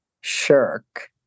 shirk